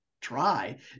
try